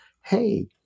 hey